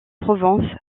provence